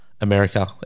america